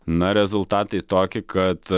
na rezultatai toki kad